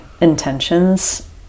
intentions